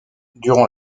durant